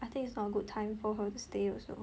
I think it's not a good time for her to stay also